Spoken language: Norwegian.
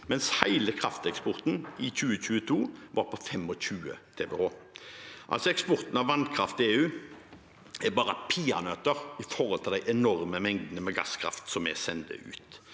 mens hele krafteksporten i 2022 var på 25 TWh. Eksporten av vannkraft til EU er altså bare peanøtter i forhold til de enorme mengdene med gasskraft vi sender ut.